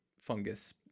fungus